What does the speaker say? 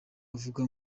uvuga